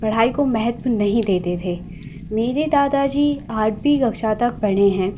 पढ़ाई को महत्व नहीं देते थे मेरे दादा जी आठवीं कक्षा तक पढ़े हैं